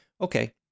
Okay